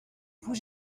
vous